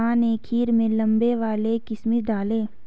माँ ने खीर में लंबे वाले किशमिश डाले